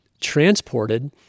transported